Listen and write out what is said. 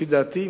לפי דעתי,